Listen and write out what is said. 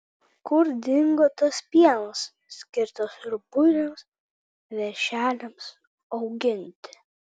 kur dingo tas pienas skirtas rubuiliams veršeliams auginti